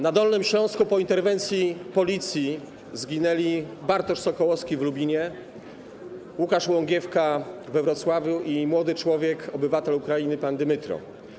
Na Dolnym Śląsku po interwencji policji zginęli Bartosz Sokołowski w Lubinie, Łukasz Łągiewka we Wrocławiu i młody człowiek, obywatel Ukrainy, pan Dmytro.